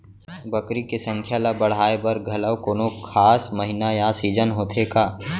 बकरी के संख्या ला बढ़ाए बर घलव कोनो खास महीना या सीजन होथे का?